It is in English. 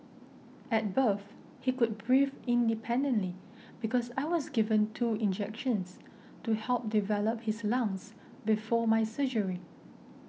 at birth he could breathe independently because I was given two injections to help develop his lungs before my surgery